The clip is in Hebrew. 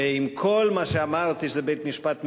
ועם כל מה שאמרתי, שזה בית-משפט מקומי,